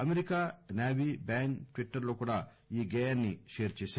America navy band Twitter లో కూడా ఈ గేయాన్ని షేర్ చేశారు